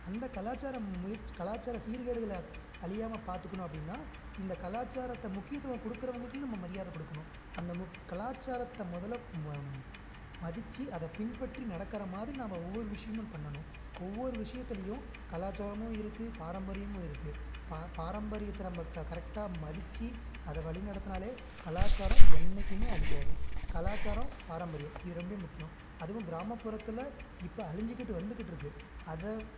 அந்த கலாச்சாரம் முயற்சி கலாச்சார சீர்கேடுகள் அழியாம பார்த்துக்கணும் அப்படின்னா இந்த கலாச்சாரத்தை முக்கியத்துவம் கொடுக்கறவங்களுக்கும் நம்ம மரியாத கொடுக்கணும் அந்த மு கலாச்சாரத்தை முதல்ல மதித்து அதை பின்பற்றி நடக்கிற மாதிரி நாம் ஒவ்வொரு விஷயமும் பண்ணணும் ஒவ்வொரு விஷயத்துலையும் கலாச்சாரமும் இருக்குது பாரம்பரியமும் இருக்குது பா பாரம்பரியத்தை நம்ம க கரெக்டாக மதித்து அதை வழி நடத்தினாலே கலாச்சாரம் என்றைக்குமே அழியாது கலாச்சாரம் பாரம்பரியம் இது ரொம்ப முக்கியம் அதுவும் கிராமப்புறத்தில் இப்போ அழிஞ்சிக்கிட்டு வந்துக்கிட்டிருக்கு அதை